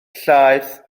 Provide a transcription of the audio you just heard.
llaeth